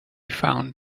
found